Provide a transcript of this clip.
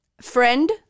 friend